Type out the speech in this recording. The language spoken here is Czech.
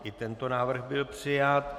I tento návrh byl přijat.